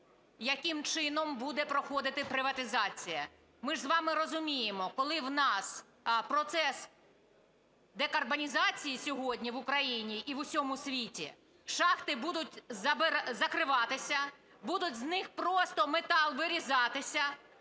яким чином буде проходити приватизація. Ми ж з вами розуміємо, коли в нас процес декарбонізації сьогодні в Україні і в усьому світі, шахти будуть закриватися, буде з них просто метал вирізатися,